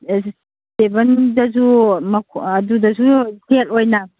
ꯇꯦꯕꯜꯗꯁꯨ ꯑꯗꯨꯗꯁꯨ ꯁꯦꯠ ꯑꯣꯏꯅ